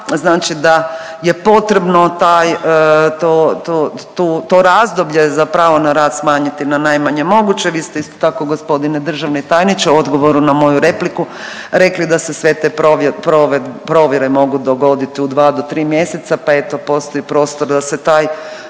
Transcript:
taj, to, to, tu, to razdoblje za pravo na rad smanjiti na najmanje moguće. Vi ste isto tako g. državni tajniče u odgovoru na moju repliku rekli da se sve te provjere mogu dogoditi u 2 do 3 mjeseca, pa eto postoji prostor da se taj